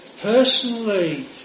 personally